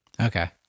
Okay